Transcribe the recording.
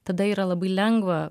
tada yra labai lengva